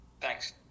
Thanks